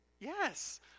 Yes